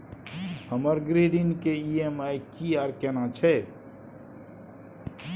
हमर गृह ऋण के ई.एम.आई की आर केना छै?